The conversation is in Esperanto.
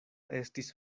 estis